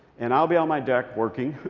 and i'll be on my deck working.